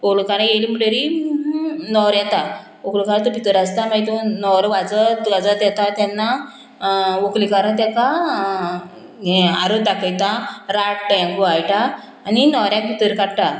व्हंलेकारां येयली म्हणटरी न्हवरो येता व्हंकलकारां तो भितर आसता मागीर न्होवरो वाजत वाजत येता तेन्ना व्हंकलेकारान तेका हें आरो दाखयता राट तें उंवाळटा आनी न्होवऱ्याक भितर काडटा